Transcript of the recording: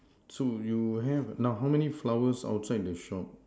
so you have now how many flowers outside the shop